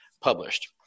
published